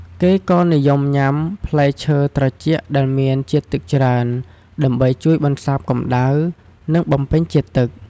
គេក៏និយមញុំា ផ្លែឈើត្រជាក់ដែលមានជាតិទឹកច្រើន ដើម្បីជួយបន្សាបកម្ដៅ និងបំពេញជាតិទឹក។